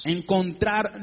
Encontrar